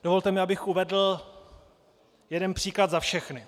Dovolte mi, abych uvedl jeden příklad za všechny.